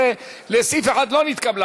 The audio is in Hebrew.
19 לסעיף 1 לא נתקבלה.